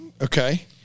Okay